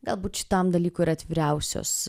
galbūt šitam dalykui yra atviriausios